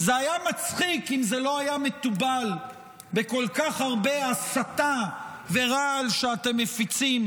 זה היה מצחיק אם זה לא היה מתובל בכל כך הרבה הסתה ורעל שאתם מפיצים